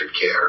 care